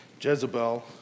Jezebel